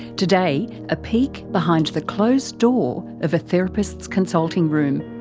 today, a peek behind the closed door of a therapist's consulting room.